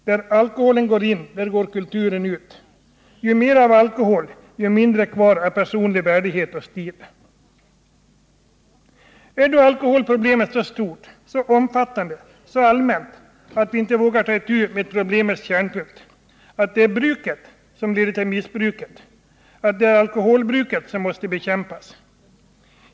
Där alkoholen går in, där går kulturen ut. Ju mer alkohol, ju mindre kvar av personlig värdighet och stil. Är då alkoholproblemet så stort, så omfattande och så allmänt att vi inte vågar ta itu med problemets kärnpunkt: att det är bruket som leder till missbruket, att det är alkoholbruket som måste bekämpas?